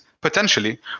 potentially